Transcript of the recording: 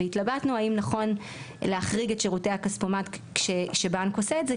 והתלבטנו האם נכון להחריג את שירותי הכספומט כשבנק עושה את זה,